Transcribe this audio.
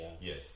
Yes